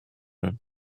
room